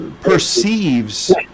perceives